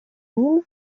мин